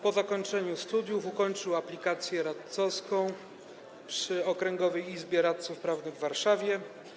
Po zakończeniu studiów ukończył on aplikację radcowską przy Okręgowej Izbie Radców Prawnych w Warszawie.